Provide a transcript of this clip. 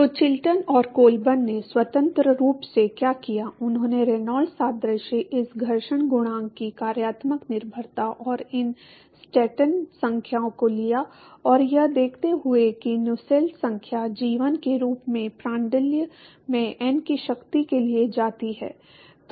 तो चिल्टन और कोलबर्न ने स्वतंत्र रूप से क्या किया उन्होंने रेनॉल्ड्स सादृश्य इस घर्षण गुणांक की कार्यात्मक निर्भरता और इन स्टैंटन संख्याओं को लिया और यह देखते हुए कि नुसेल्ट संख्या जी 1 के रूप में प्रांड्ल में n की शक्ति के लिए जाती है